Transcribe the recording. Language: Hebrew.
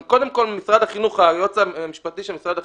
וקודם כול היועץ המשפטי של משרד החינוך,